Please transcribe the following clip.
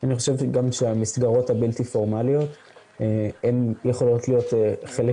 אני חושב גם שהמסגרות הבלתי פורמליות יכולות להיות חלק